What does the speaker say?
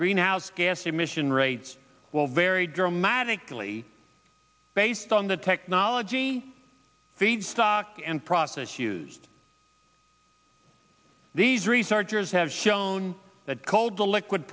greenhouse gas emission rates will vary dramatically based on the technology feedstock and process used these researchers have shown that called the liquid